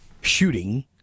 shooting